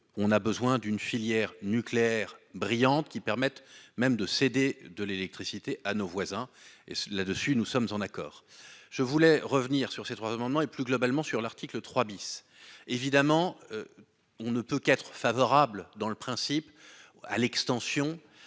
on a besoin d'une filière nucléaire brillante qui permettent même de CD de l'électricité à nos voisins et là-dessus. Nous sommes en accord. Je voulais revenir sur ces trois amendements et plus globalement sur l'article 3 bis évidemment. On ne peut qu'être favorable dans le principe. À l'extension.